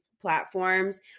platforms